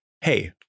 hey